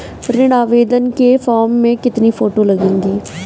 ऋण आवेदन के फॉर्म में कितनी फोटो लगेंगी?